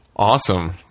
Awesome